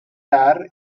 are